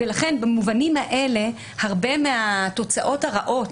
לכן במובנים האלה הרבה מהתוצאות הרעות